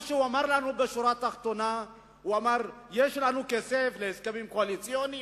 מה שהוא אמר לנו בשורה התחתונה: יש לנו כסף להסכמים קואליציוניים,